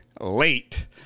late